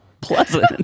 pleasant